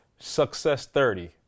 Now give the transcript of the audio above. SUCCESS30